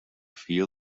feel